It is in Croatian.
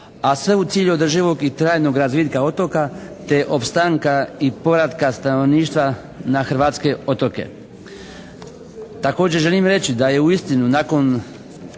a sve u cilju održivog i trajnog razvitka otoka te opstanka i povratka stanovništva na hrvatske otoke. Također želim reći da je uistinu nakon